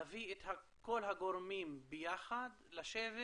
להביא את כל הגורמים ביחד לשבת